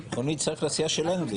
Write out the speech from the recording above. שומר על הדמוקרטיה הישראלית --- לא,